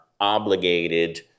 obligated